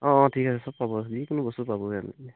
অঁ অঁ ঠিক আছে চব পাব যিকোনো বস্তু পাবহে